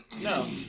No